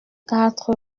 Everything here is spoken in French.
quatre